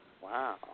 Wow